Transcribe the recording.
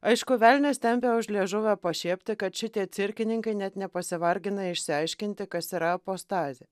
aišku velnias tempia už liežuvio pašiepti kad šitie cirkininkai net nepasivargina išsiaiškinti kas yra apostazė